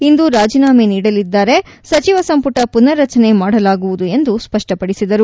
ಇಂದು ರಾಜಿನಾಮೆ ನೀಡಲಿದ್ದಾರೆ ಸಚಿವ ಸಂಪುಟ ಪುನರ್ರಚನೆ ಮಾಡಲಾಗುವುದು ಎಂದು ಸ್ವಷ್ವಪದಿಸಿದರು